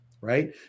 right